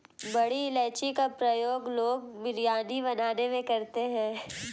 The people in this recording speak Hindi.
बड़ी इलायची का प्रयोग लोग बिरयानी बनाने में करते हैं